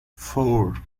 four